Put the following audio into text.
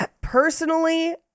personally